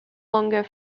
longer